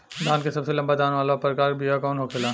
धान के सबसे लंबा दाना वाला प्रकार के बीया कौन होखेला?